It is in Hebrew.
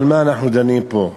על מה אנחנו דנים פה?